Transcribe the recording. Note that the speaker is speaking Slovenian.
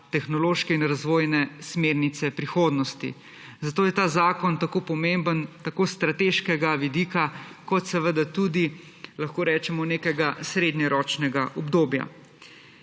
tehnološke in razvojne smernice prihodnosti. Zato je ta zakon tako pomemben tako s strateškega vidika kot seveda tudi, lahko rečemo, nekega srednjeročnega obdobja.